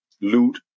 loot